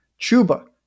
Chuba